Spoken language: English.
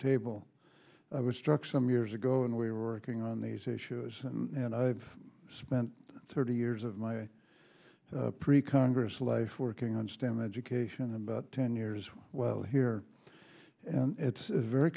table i was struck some years ago when we were going on these issues and i've spent thirty years of my pre congress life working on stem education about ten years well here and it's a very